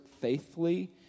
faithfully